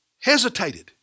hesitated